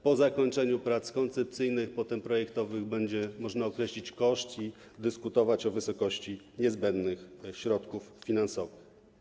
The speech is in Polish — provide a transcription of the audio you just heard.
Po zakończeniu prac koncepcyjnych, a potem projektowych, będzie można określić koszt i dyskutować o wysokości niezbędnych środków finansowych.